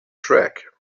track